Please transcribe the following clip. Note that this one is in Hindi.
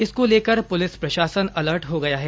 इसको लेकर पुलिस प्रशासन अलर्ट हो गया है